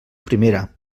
primera